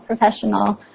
professional